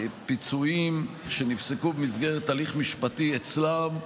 פיצויים שנפסקו במסגרת הליך משפטי אצלם,